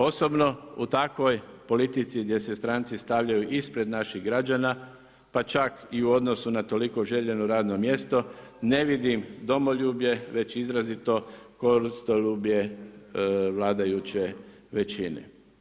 Osobno u takvoj politici gdje se stranci stavljaju ispred naših građana pa čak i u odnosu na toliko željeno radno mjesto, ne vidim domoljublje, već izrazito koristoljublje vladajuće većine.